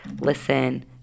listen